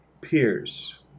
peers